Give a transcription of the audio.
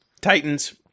Titans